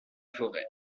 forêt